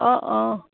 অঁ অঁ